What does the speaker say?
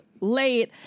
Late